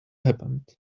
happened